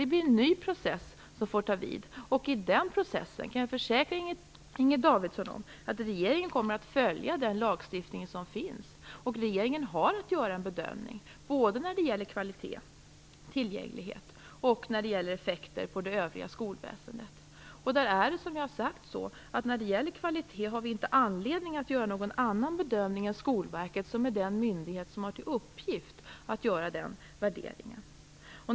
Det blir en ny process som får ta vid, och jag kan försäkra Inger Davidson om att regeringen i den processen kommer att följa den lagstiftning som finns. Regeringen har att göra en bedömning när det gäller kvalitet, tillgänglighet och effekter på det övriga skolväsendet. Som jag tidigare har sagt har regeringen när det gäller kvaliteten ingen anledning att göra någon annan bedömning än Skolverket, som är den myndighet som har till uppgift att göra den värderingen.